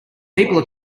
are